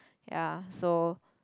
ya so